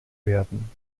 werden